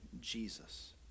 Jesus